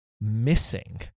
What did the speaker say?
missing